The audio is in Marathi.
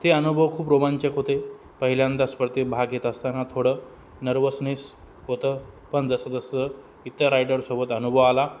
ते अनुभव खूप रोमांचक होते पहिल्यांदा स्पर्धेत भाग घेत असताना थोडं नर्वसनेस होतं पण जसं जसं इतर रायडरसोबत अनुभव आला